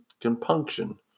compunction